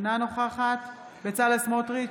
אינה נוכחת בצלאל סמוטריץ'